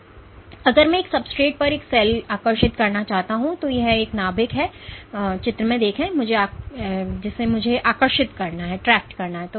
अगर मैं एक सब्सट्रेट पर एक सेल आकर्षित करना चाहता हूं तो यह नाभिक है और मुझे आकर्षित करना है